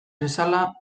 bezala